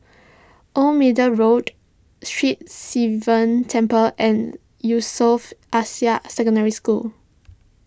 Old Middle Road Sri Sivan Temple and Yusof Ishak Secondary School